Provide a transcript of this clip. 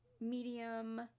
medium